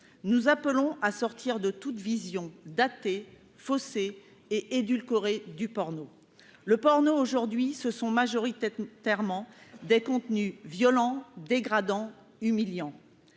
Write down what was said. nous appelons à sortir de toute vision datée faussé et édulcoré du porno Le porno aujourd'hui ce sont majoritaires militairement des contenus violents dégradants, humiliants